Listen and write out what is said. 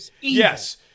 Yes